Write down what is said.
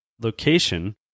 location